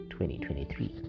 2023